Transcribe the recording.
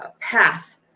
path